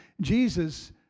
Jesus